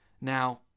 Now